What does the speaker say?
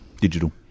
Digital